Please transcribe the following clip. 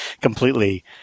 completely